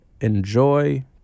enjoy